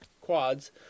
quads